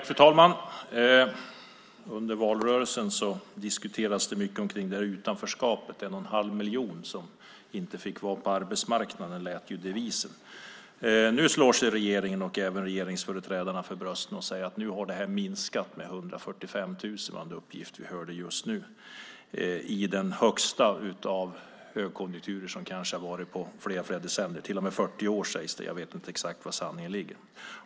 Fru talman! Under valrörelsen diskuterades det mycket kring utanförskapet och de en och en halv miljon som inte fick vara på arbetsmarknaden, som devisen lät. Nu slår regeringsföreträdarna sig för bröstet och säger att antalet minskat med 145 000. Det var den siffran vi nyss hörde. Det gäller i den högsta av konjunkturer på kanske flera decennier - på 40 år, sägs det; jag vet inte vad exakt som är sanningen.